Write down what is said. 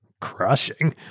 crushing